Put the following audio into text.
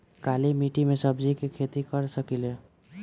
काली मिट्टी में सब्जी के खेती कर सकिले?